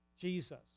Jesus